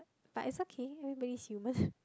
but it's okay everybody's human